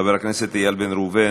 חבר הכנסת מיקי לוי,